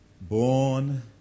born